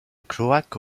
cloaque